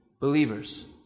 believers